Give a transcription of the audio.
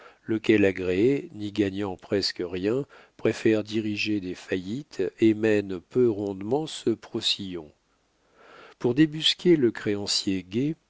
lequel agréé n'y gagnant presque rien préfère diriger des faillites et mène peu rondement ce procillon pour débusquer le créancier